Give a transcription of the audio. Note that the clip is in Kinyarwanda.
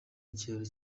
ikiraro